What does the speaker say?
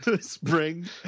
Spring